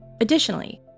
Additionally